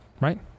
right